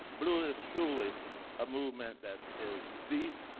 bluu is truly a movement that is deep,